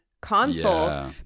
console